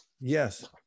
Yes